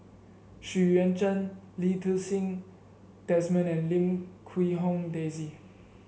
Xu Yuan Zhen Lee Ti Seng Desmond and Lim Quee Hong Daisy